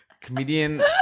Comedian